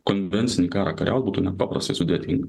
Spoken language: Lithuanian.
konvencinį karą kariaut būtų nepaprastai sudėtinga